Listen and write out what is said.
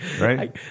Right